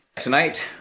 tonight